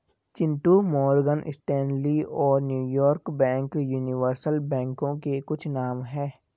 Chintu Morgan Stanley और New York bank universal बैंकों के कुछ नाम है